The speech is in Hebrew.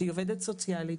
שהיא עובדת סוציאלית,